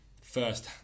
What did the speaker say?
first